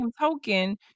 token